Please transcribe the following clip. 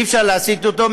אי-אפשר להסית אותו,